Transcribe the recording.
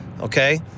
okay